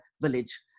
village